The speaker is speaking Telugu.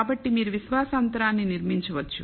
కాబట్టి మీరు విశ్వాస అంతరాన్ని నిర్మించవచ్చు